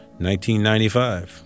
1995